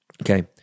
Okay